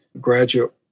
graduate